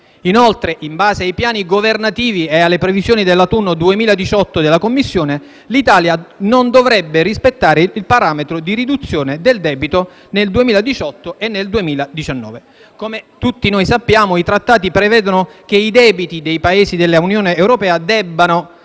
Inoltre, in base ai piani governativi e alle previsioni dell'autunno 2018 della Commissione, l'Italia non dovrebbe rispettare il parametro di riduzione del debito nel 2018 o nel 2019». Come sappiamo, i Trattati prevedono che i debiti dei Paesi dell'Unione europea debbano